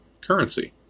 currency